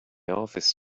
office